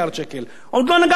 עוד לא נגעתי באזרחים.